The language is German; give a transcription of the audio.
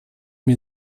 mir